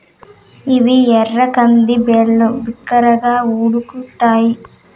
ఇవి ఎర్ర కంది బ్యాళ్ళు, బిరిగ్గా ఉడుకుతాయి